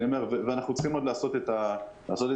ואנחנו עוד צריכים לעשות את הטיוב.